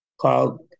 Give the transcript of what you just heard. called